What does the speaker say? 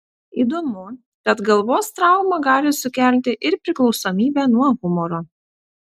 įdomu kad galvos trauma gali sukelti ir priklausomybę nuo humoro